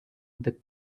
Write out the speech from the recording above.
the